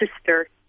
sister